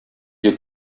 you